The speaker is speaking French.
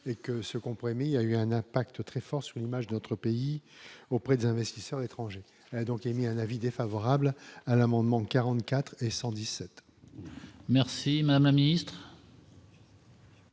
et que ce compromis a eu un impact très fort sur l'image de notre pays auprès des investisseurs étrangers donc émis un avis défavorable à l'amendement 44 et 117. Merci madame la ministre.